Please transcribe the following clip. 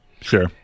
Sure